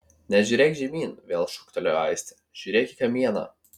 nežiūrėk žemyn vėl šūktelėjo aistė žiūrėk į kamieną